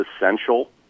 essential